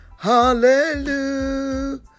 Hallelujah